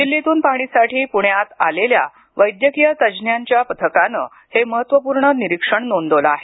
दिल्लीतून पाहणीसाठी पुण्यात आलेल्या वैद्यकीय तज्ञांच्या पथकानं हे महत्त्वपूर्ण निरीक्षण नोंदवलं आहे